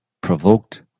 provoked